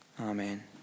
Amen